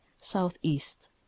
southeast